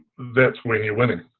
that's when you're winning.